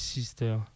Sister